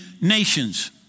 nations